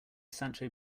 sancho